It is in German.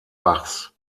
bachs